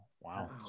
Wow